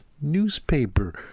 newspaper